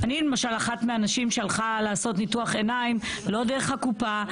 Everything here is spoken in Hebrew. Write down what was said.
אני למשל אחת מהאנשים שהלכה לעשות ניתוח עיניים לא דרך הקופה,